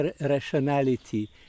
rationality